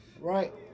Right